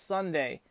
Sunday